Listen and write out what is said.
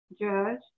Judge